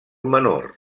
menor